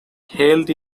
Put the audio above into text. held